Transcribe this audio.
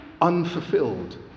unfulfilled